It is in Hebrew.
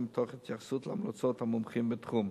תוך התייחסות להמלצות המומחים בתחום.